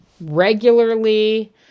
regularly